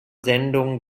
sendungen